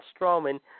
Strowman